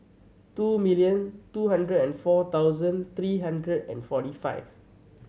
two million two hundred and four thousand three hundred and forty five